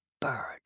bird